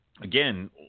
again